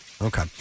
okay